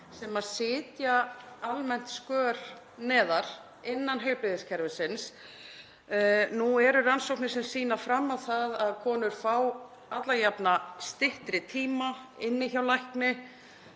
sem sitja almennt skör neðar innan heilbrigðiskerfisins. Nú eru rannsóknir sem sýna fram á það að konur fá alla jafna styttri tíma inni hjá lækni,